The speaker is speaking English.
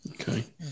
Okay